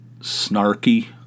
snarky